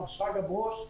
מר שרגא ברוש,